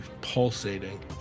pulsating